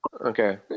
okay